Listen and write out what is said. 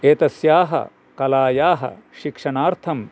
एतस्याः कलायाः शिक्षणार्थं